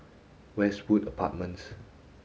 Westwood Apartments